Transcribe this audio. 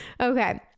Okay